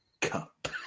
cup